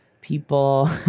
people